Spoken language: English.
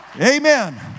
Amen